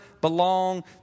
belong